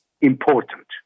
important